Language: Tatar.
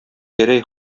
гәрәй